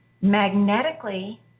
magnetically